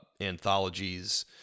anthologies